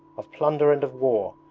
of plunder and of war,